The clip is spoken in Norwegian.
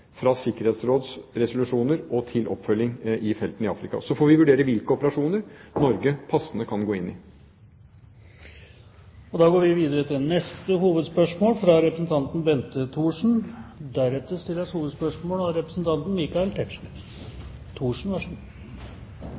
fra sikkerhetsrådsresolusjoner og til oppfølging i felten i Afrika. Så får vi vurdere hvilke operasjoner det er passende for Norge å gå inn i. Vi går videre til neste hovedspørsmål.